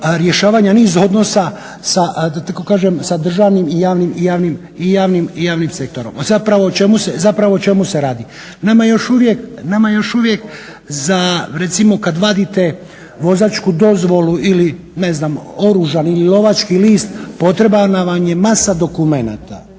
rješavanja niza odnosa sa da tako kažem sa državnim i javnim sektorom. Zapravo o čemu se radi? Nama još uvijek za recimo kad vadite vozačku dozvolu ili ne znam oružani ili lovački list potrebna nam je masa dokumenata.